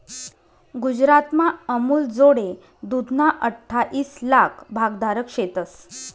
गुजरातमा अमूलजोडे दूधना अठ्ठाईस लाक भागधारक शेतंस